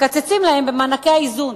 מקצצים להם במענקי האיזון.